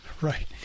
Right